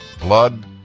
blood